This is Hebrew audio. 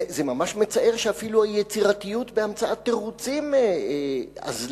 זה ממש מצער שאפילו היצירתיות בהמצאת תירוצים אזלה,